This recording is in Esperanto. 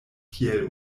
kiel